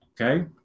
okay